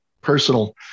personal